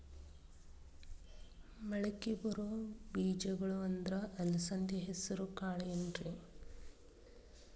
ಮಳಕಿ ಬರೋ ಬೇಜಗೊಳ್ ಅಂದ್ರ ಅಲಸಂಧಿ, ಹೆಸರ್ ಕಾಳ್ ಏನ್ರಿ?